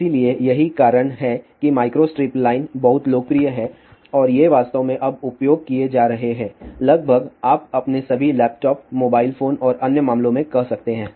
इसलिए यही कारण है कि माइक्रोस्ट्रिप लाइन बहुत लोकप्रिय है और ये वास्तव में अब उपयोग किए जा रहे हैं लगभग आप अपने सभी लैपटॉप मोबाइल फोन और अन्य मामलों में कह सकते हैं